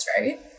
right